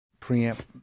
preamp